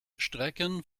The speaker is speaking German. strecken